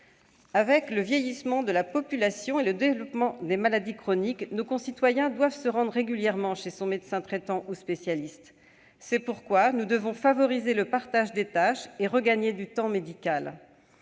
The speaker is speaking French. Avec le vieillissement de la population et le développement des maladies chroniques, nos concitoyens doivent se rendre régulièrement chez leur médecin traitant ou chez un spécialiste. C'est pourquoi nous devons favoriser le partage des tâches et regagner du temps médical.